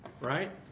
right